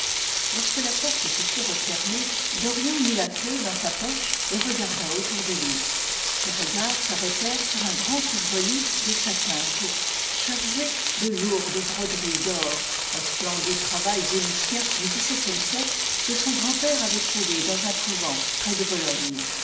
lorsque la porte se fut refermée dorian mit la clef dans sa poche et regarda autour de lui ses regards s'arrêtèrent sur un grand couvre lit de satin pourpre chargé de lourdes broderies d'or un splendide travail vénitien du xvu e siècle que son grand-père avait trouvé dans un couvent près de bologne